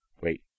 Wait